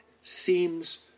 seems